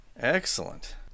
Excellent